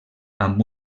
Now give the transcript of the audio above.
amb